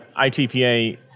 ITPA